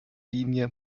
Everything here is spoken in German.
linie